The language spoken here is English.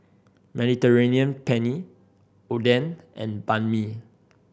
Mediterranean Penne Oden and Banh Mi